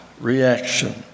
reaction